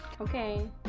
okay